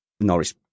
norris